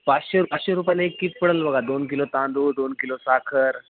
पाचशे पाचशे रुपयाे एक किट पडेल बघा दोन किलो तांदूळ दोन किलो साखर